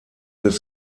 des